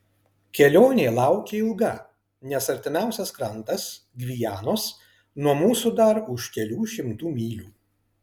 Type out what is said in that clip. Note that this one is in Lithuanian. kelionė laukia ilga nes artimiausias krantas gvianos nuo mūsų dar už kelių šimtų mylių